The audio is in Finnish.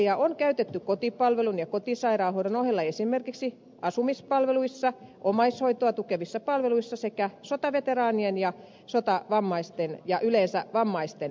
palveluseteliä on käytetty kotipalvelun ja kotisairaanhoidon ohella esimerkiksi asumispalveluissa omaishoitoa tukevissa palveluissa sekä sotaveteraanien ja sotavammaisten ja yleensä vammaisten palveluissa